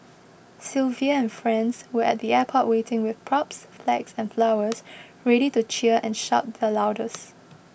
Sylvia and friends were at the airport waiting with props flags and flowers ready to cheer and shout the loudest